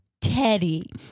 Teddy